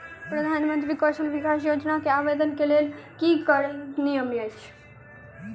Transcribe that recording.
प्रधानमंत्री कौशल विकास योजना केँ आवेदन केँ लेल की नियम अछि?